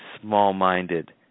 small-minded